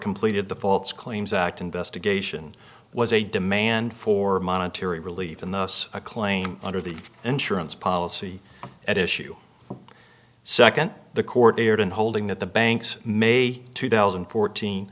completed the false claims act investigation was a demand for monetary relief in the us a claim under the insurance policy at issue second the court erred in holding that the banks may two thousand and fourteen